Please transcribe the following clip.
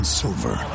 silver